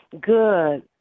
Good